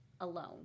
alone